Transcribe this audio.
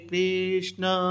Krishna